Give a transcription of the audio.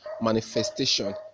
manifestation